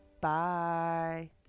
Bye